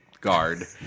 guard